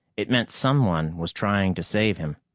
it meant someone was trying to save him.